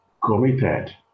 committed